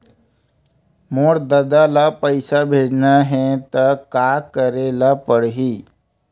मोर ददा ल पईसा भेजना हे त का करे ल पड़हि?